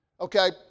Okay